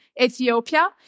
Ethiopia